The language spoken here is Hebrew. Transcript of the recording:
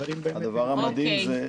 שהדברים באמת --- הדבר המדהים זה,